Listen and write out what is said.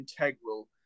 integral